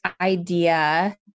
idea